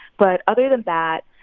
but other than that,